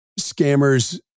scammers